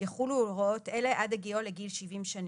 יחולו הוראות אלה עד הגיעו לגיל 70 שנים.